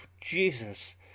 jesus